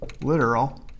literal